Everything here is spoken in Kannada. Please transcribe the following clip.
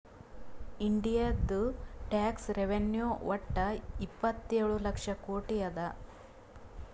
ಇಂಡಿಯಾದು ಟ್ಯಾಕ್ಸ್ ರೆವೆನ್ಯೂ ವಟ್ಟ ಇಪ್ಪತ್ತೇಳು ಲಕ್ಷ ಕೋಟಿ ಅದಾ